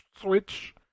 Switch